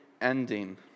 ending